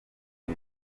nka